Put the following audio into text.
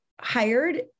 hired